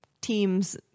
teams